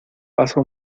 pasa